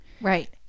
Right